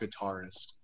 guitarist